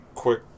Quick